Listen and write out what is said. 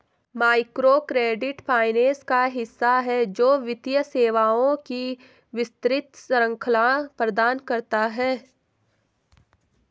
microcredit finance का हिस्सा है, जो वित्तीय सेवाओं की विस्तृत श्रृंखला प्रदान करता है